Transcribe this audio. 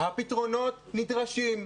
הפתרונות נדרשים.